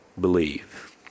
believe